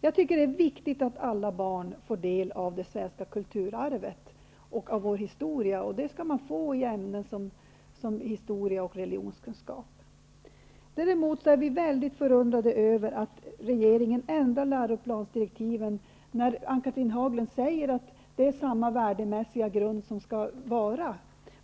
Det är viktigt att alla barn får del av det svenska kulturarvet och av vår historia. Det skall barnen få i ämnen som historia och religionskunskap. Däremot blir vi socialdemokrater förundrade över att regeringen ändrar i läroplansdirektiven, när Ann-Cathrine Haglund säger att samma värdemässiga grund skall gälla.